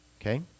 Okay